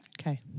Okay